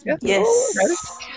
Yes